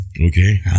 Okay